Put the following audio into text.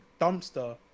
dumpster